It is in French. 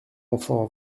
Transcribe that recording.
enfant